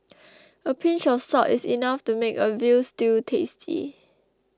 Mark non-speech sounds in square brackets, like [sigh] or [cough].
[noise] a pinch of salt is enough to make a Veal Stew tasty